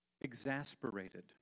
Exasperated